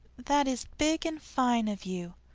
that is big and fine of you.